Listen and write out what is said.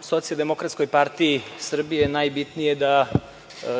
Socijaldemokratskoj partiji Srbije najbitnije da,